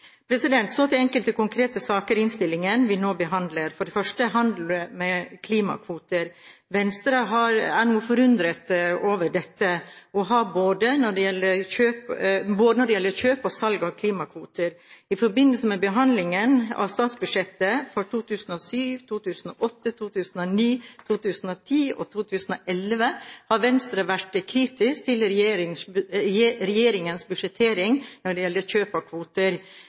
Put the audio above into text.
innlegg. Så til enkelte konkrete saker i innstillingen vi nå behandler. For det første handelen med klimakvoter: Venstre er noe forundret over dette når det gjelder både kjøp og salg av klimakvoter. I forbindelse med behandlingen av statsbudsjettet for 2007, 2008, 2009, 2010 og 2011 har Venstre vært kritisk til regjeringens budsjettering når det gjelder